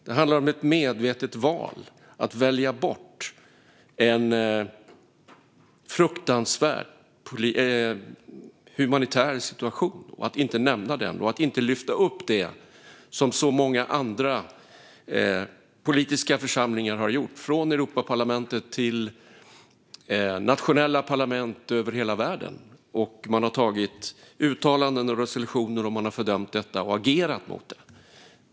Det handlar om att medvetet välja bort en fruktansvärd humanitär situation, att inte nämna den och att inte lyfta upp detta, som så många andra politiska församlingar har gjort, från Europaparlamentet till nationella parlament över hela världen. Man har gjort uttalanden och antagit resolutioner. Man har fördömt detta och agerat mot det.